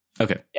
okay